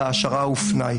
התכנית.